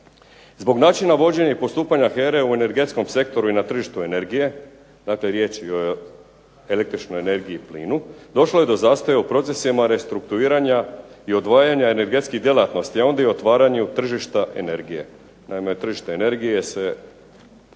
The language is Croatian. Zbog načina vođenja i postupanja HERA-e u energetskom sektoru i na tržištu energije, dakle riječ je o električnoj energiji i plinu, došlo je do zastoja u procesima restrukturiranja i odvajanja energetskih djelatnosti, a onda i otvaranju tržišta energije. Naime tržište energije se